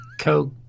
Coke